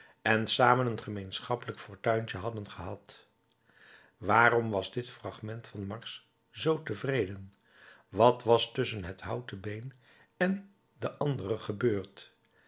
en samen een gemeenschappelijk fortuintje hadden gehad waarom was dit fragment van mars zoo tevreden wat was tusschen het houtenbeen en den andere gebeurd